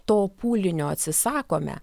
to pūlinio atsisakome